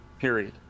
period